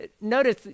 Notice